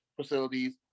facilities